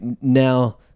now